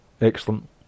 excellent